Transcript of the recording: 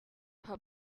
her